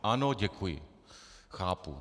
Ano, děkuji, chápu.